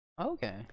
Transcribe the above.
okay